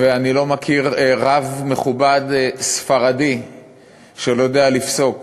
ואני לא מכיר רב ספרדי מכובד שלא יודע לפסוק